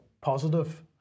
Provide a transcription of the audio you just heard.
positive